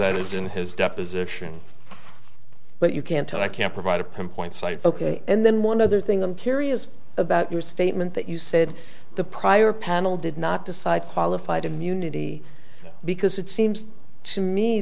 that is in his deposition but you can't i can't provide a pinpoint cite ok and then one other thing i'm curious about your statement that you said the prior panel did not decide qualified immunity because it seems to me